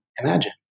imagine